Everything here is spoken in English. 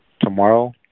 tomorrow